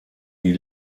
die